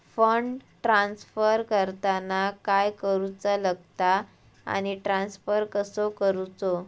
Fund transfer करताना काय करुचा लगता आनी ट्रान्स्फर कसो करूचो?